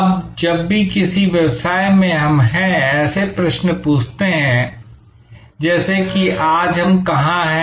अब जब भी किसी व्यवसाय में हम हैं ऐसे प्रश्न पूछते हैं जैसे कि आज हम कहां है